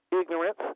ignorance